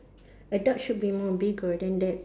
a duck should be more bigger than that